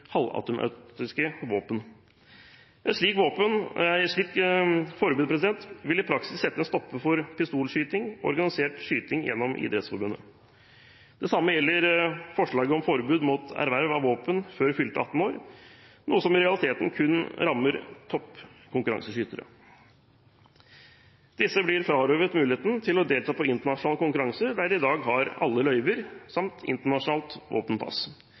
halvautomatiske våpen. Et slikt forbud vil i praksis sette en stopper for pistolskyting og organisert skyting gjennom Idrettsforbundet. Det samme gjelder forslaget om forbud mot erverv av våpen før fylte 18 år, noe som i realiteten kun rammer topp konkurranseskyttere. Disse blir frarøvet muligheten til å delta i internasjonale konkurranser der de i dag har alle løyver samt internasjonalt